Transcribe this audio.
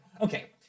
Okay